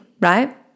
right